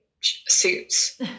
suits